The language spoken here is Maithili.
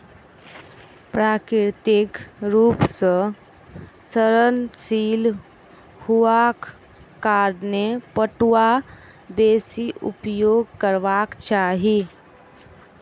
प्राकृतिक रूप सॅ सड़नशील हुअक कारणें पटुआ बेसी उपयोग करबाक चाही